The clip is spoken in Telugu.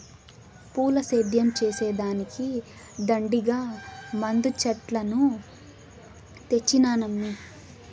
పూల సేద్యం చేసే దానికి దండిగా మందు చెట్లను తెచ్చినానమ్మీ